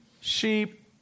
sheep